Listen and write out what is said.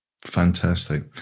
Fantastic